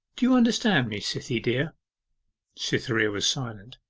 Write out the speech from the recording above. you understand me, cythie dear cytherea was silent.